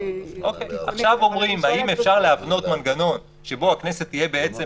עכשיו שואלים האם אפשר להבנות מנגנון שבו הכנסת תהיה בעצם